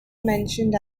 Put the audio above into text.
mentioned